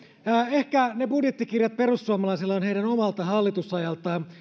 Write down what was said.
ehkä ne budjettikirjat perussuomalaisilla ovat heidän omalta hallitusajaltaan